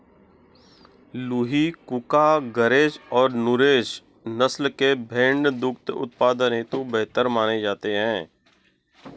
लूही, कूका, गरेज और नुरेज नस्ल के भेंड़ दुग्ध उत्पादन हेतु बेहतर माने जाते हैं